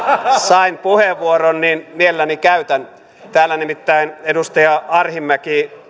sain puheenvuoron niin mielelläni käytän täällä nimittäin edustaja arhinmäki